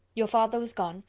your father was gone,